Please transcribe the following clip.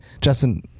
justin